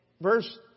verse